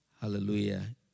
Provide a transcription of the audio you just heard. Hallelujah